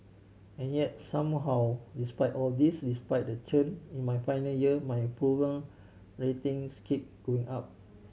and yet somehow despite all this despite the churn in my final year my approval ratings keep going up